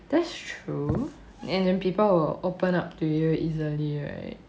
that's true and the people will open up to you easily right